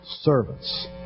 Servants